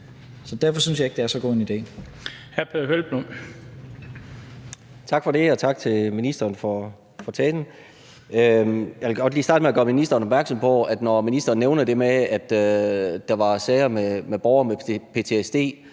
Peder Hvelplund. Kl. 19:25 Peder Hvelplund (EL): Tak for det, og tak til ministeren for talen. Jeg vil godt lige starte med at gøre ministeren opmærksom på, at når ministeren nævner det med, at der var sager med borgere med ptsd,